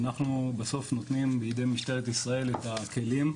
אנחנו בסוף נותנים בידי משטרת ישראל את הכלים,